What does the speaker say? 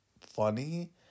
funny